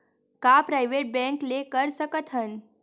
का private bank ले कर सकत हन?